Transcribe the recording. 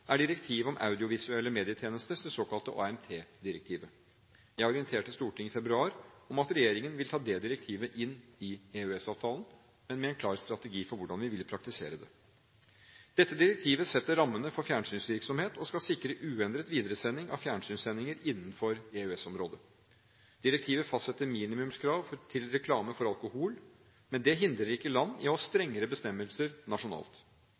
er direktivet om audiovisuelle medietjenester – det såkalte AMT-direktivet. Jeg orienterte Stortinget i februar om at regjeringen vil ta det direktivet inn i EØS-avtalen, men med en klar strategi for hvordan vi ville praktisere det. Dette direktivet setter rammene for fjernsynsvirksomhet og skal sikre uendret videresending av fjernsynssendinger innenfor EØS-området. Direktivet fastsetter minimumskrav til reklame for alkohol, men det hindrer ikke land i å ha strengere bestemmelser nasjonalt.